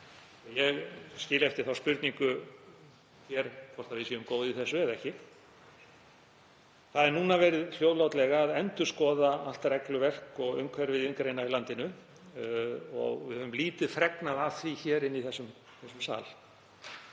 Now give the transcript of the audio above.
Ég skil eftir þá spurningu hér hvort við séum góð í þessu eða ekki. Núna er hljóðlátlega verið að endurskoða allt regluverk og umhverfi iðngreina í landinu. Við höfum lítið fregnað af því í þessum sal.